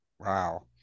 Wow